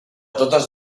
totes